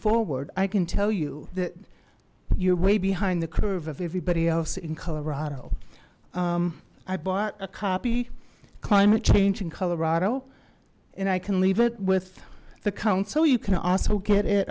forward i can tell you that you're way behind the curve of everybody else in colorado i bought a copy climate change in colorado and i can leave it with the council you can also get it